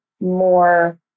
more